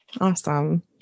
Awesome